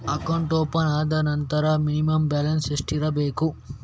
Account open ಆದ ನಂತರ minimum balance ಎಷ್ಟಿರಬೇಕು?